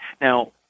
Now